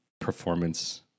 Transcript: performance